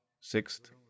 sixth